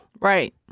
Right